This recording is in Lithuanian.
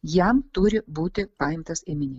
jam turi būti paimtas ėminy